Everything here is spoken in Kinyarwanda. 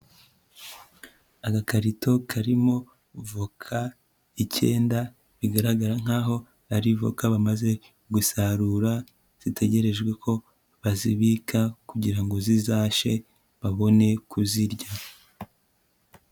Agakarito karimo voka icyenda, bigaragara nk'aho ari voka bamaze gusarura, zitegerejwe ko bazibika kugira ngo zizashye babone kuzirya.